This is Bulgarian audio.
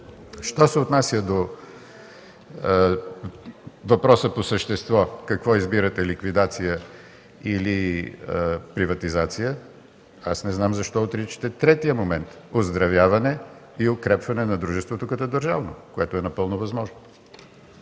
Що се отнася до въпроса по същество – какво избирате ликвидация или приватизация, аз не знам защо отричате третия момент – оздравяване и укрепване на дружеството като държавно, което е напълно възможно.